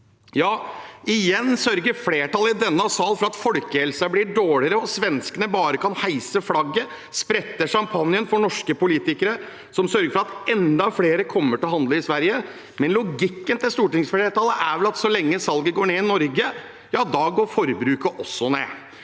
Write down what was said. Ja, igjen sørger flertallet i denne salen for at folkehelsen blir dårligere og svenskene bare kan heise flagget og sprette champagnen for norske politikere, som sørger for at enda flere kommer til å handle i Sverige. Logikken til stortingsflertallet er vel at så lenge salget går ned i Norge, går forbruket også ned.